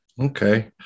okay